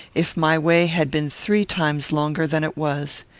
if my way had been three times longer than it was.